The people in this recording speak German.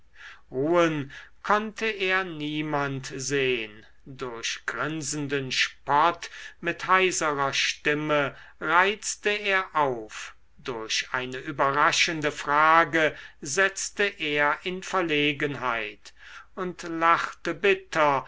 ruhen konnte er niemand sehn durch grinsenden spott mit heiserer stimme reizte er auf durch eine überraschende frage setzte er in verlegenheit und lachte bitter